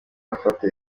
afata